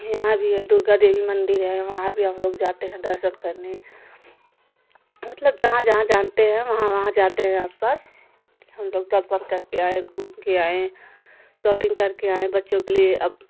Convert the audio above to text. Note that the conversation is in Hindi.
यहाँ भी है दुर्गा देवी मंदिर है वहाँ भी हम लोग जाते हैं दर्शन करने मतलब जहाँ जहाँ जानते हैं वहाँ वहाँ जाते हैं आस पास हम लोग दर्शन कर के आए घूम के आए सॉपिंग कर के आए बच्चों के लिए अब